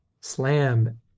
slam